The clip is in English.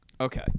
Okay